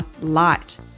light